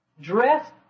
Dress